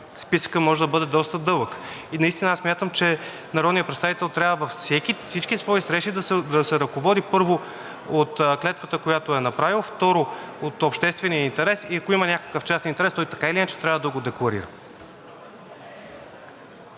списъкът може да бъде доста дълъг. Наистина смятам, че народният представител трябва във всички свои срещи да се ръководи, първо от клетвата, която е направил. Второ, от обществения интерес, защото, ако има някакъв частен интерес, той така или иначе трябва да го декларира.